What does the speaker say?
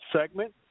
segment